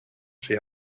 she